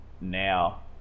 Now